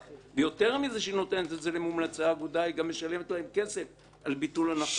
ויותר מכך היא גם משלמת להם כסף על ביטול הנחלות.